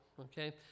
okay